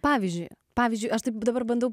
pavyzdžiui pavyzdžiui aš taip dabar bandau